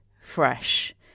fresh